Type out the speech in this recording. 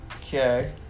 Okay